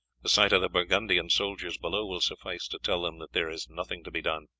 the sight of the burgundian soldiers below will suffice to tell them that there is nothing to be done.